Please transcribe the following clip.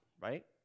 right